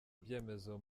ibyemezo